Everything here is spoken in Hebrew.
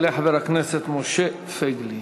יעלה חבר הכנסת משה פייגלין.